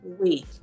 week